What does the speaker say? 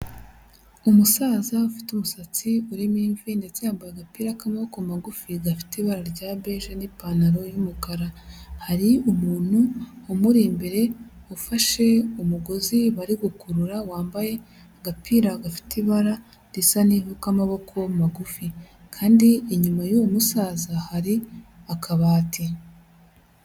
Umusaza ufite umusatsi urimo imvi ndetse yabyambaye agapira k'amaboko magufi gafite ibara rya beje n'ipantaro y'umukara, hari umuntu umuri mbere ufashe umugozi bari gukurura wambaye agapira gafite ibara risa n'ivu ka maboko magufi kandi inyuma y'uwo musaza hari akabati.